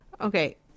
Okay